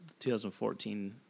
2014 –